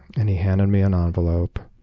and he handed me an ah envelope